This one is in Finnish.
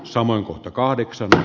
samoin kahdeksan